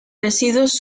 residuos